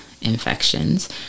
infections